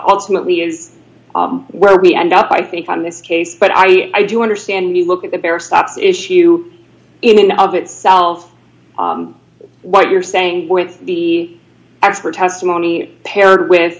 ultimately is where we end up i think on this case but i do understand you look at the various stops issue in of itself what you're saying with the expert testimony paired with